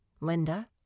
Linda